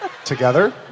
Together